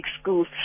schools